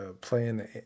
playing